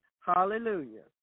Hallelujah